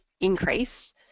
increase